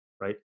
Right